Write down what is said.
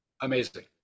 amazing